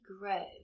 grow